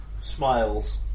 smiles